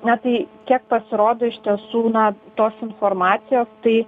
na tai kiek pasirodo iš tiesų na tos informacijos tai